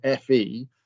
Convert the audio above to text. FE